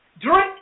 drink